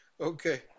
Okay